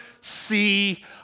see